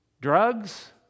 Drugs